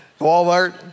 Walmart